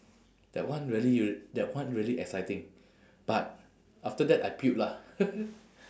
that one really r~ that one really exciting but after that I puke lah